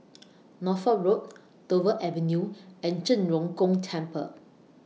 Norfolk Road Dover Avenue and Zhen Ren Gong Temple